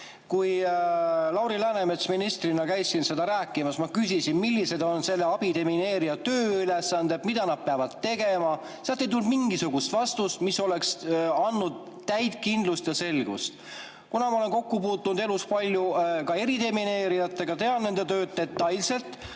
Kui Lauri Läänemets ministrina käis siin sellest rääkimas, siis ma küsisin, millised on abidemineerija tööülesanded, mida ta peab tegema. Sealt ei tulnud mingisugust vastust, mis oleks andnud täit kindlust ja selgust. Ma olen elus puutunud palju kokku ka eridemineerijatega, tean nende tööd detailselt.